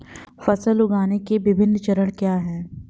फसल उगाने के विभिन्न चरण क्या हैं?